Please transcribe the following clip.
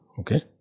okay